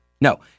no